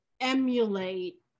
emulate